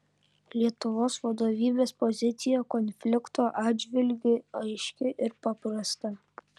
lietuvos vadovybės pozicija konflikto atžvilgiu aiški ir paprasta